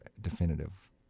definitive